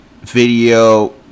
video